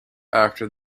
after